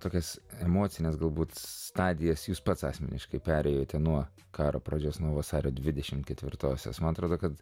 tokias emocines galbūt stadijas jūs pats asmeniškai perėjote nuo karo pradžios nuo vasario dvidešim ketvirtosios man atrodo kad